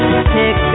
Pick